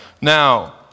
Now